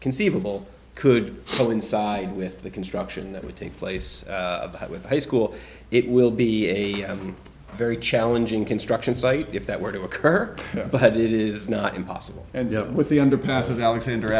conceivable could go inside with the construction that would take place with high school it will be a very challenging construction site if that were to occur but it is not impossible and with the underpass of alexander